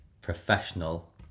professional